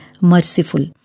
merciful